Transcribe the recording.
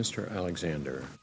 mr alexander